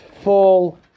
fall